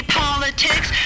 politics